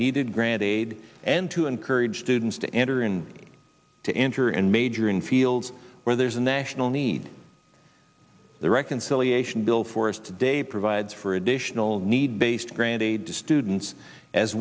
needed grant aid and to encourage students to enter in to enter and major in fields where there's a national need the reconciliation bill for us today provides for additional need based